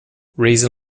reason